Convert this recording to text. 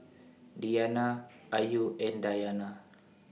Diyana Ayu and Dayana